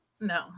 No